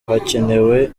hakenewe